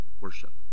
worship